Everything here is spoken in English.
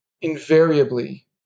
invariably